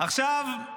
עכשיו,